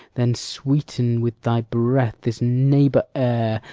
then sweeten with thy breath this neighbour air,